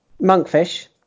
Monkfish